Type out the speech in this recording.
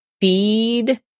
feed